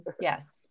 Yes